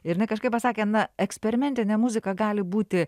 ir jinai kažkaip pasakė na eksperimentinė muzika gali būti